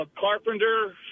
carpenter